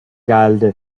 geldi